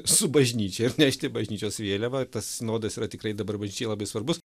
su bažnyčia ir nešti bažnyčios vėliavą tas sinodas yra tikrai dabar bažnyčiai labai svarbus